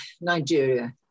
Nigeria